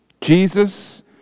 Jesus